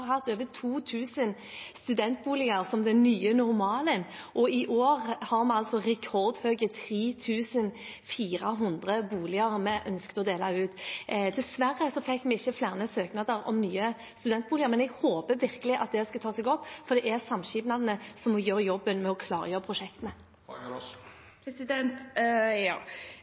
hatt over 2 000 studentboliger som den nye normalen, og i år har vi altså rekordhøye 3 400 boliger vi ønsker å dele ut. Dessverre fikk vi ikke flere søknader om nye studentboliger, men jeg håper virkelig at det skal ta seg opp, for det er samskipnadene som må gjøre jobben med å klargjøre prosjektene.